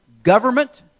government